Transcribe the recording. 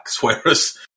whereas